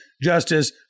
justice